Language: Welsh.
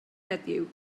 heddiw